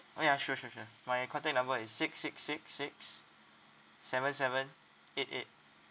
oh ya sure sure sure my contact number is six six six six seven seven eight eight